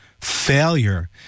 failure